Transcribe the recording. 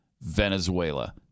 Venezuela